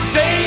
Say